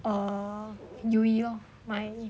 err U_E lor my